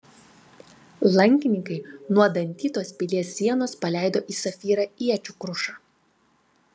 lankininkai nuo dantytos pilies sienos paleido į safyrą iečių krušą